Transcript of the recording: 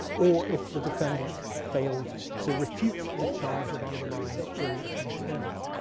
or if the defendant failed to refute the charge of underlying ill intent.